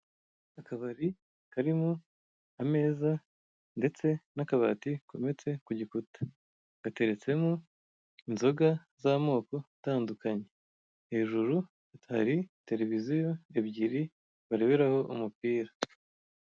Akabari karimo ameza ndetse n'akabati kometse ku gikuta, gateretsemo inzoga z'amoko, atandukanye hejuru hari televiziyo ebyiri bareberaho umupira.